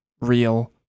real